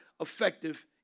effective